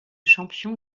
champion